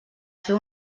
fer